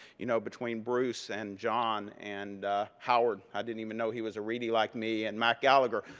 you know, between bruce and john and howard i didn't even know he was a reedy like me and matt gallagher.